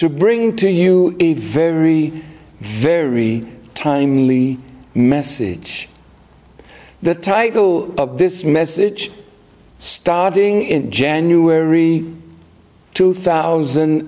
to bring to you a very very timely message the title of this message starting in january two thousand